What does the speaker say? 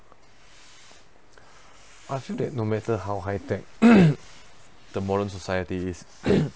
I feel that no matter how high tech the modern society is